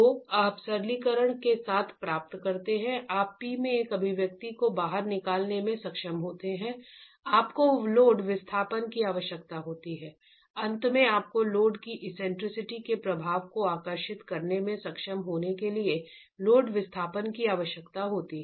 तो आप सरलीकरण के साथ प्राप्त करते हैं आप P में एक अभिव्यक्ति को बाहर निकालने में सक्षम होते हैं आपको लोड विस्थापन की आवश्यकता होती है अंत में आपको लोड की एक्सेंट्रिसिटी के प्रभाव को आकर्षित करने में सक्षम होने के लिए लोड विस्थापन की आवश्यकता होती है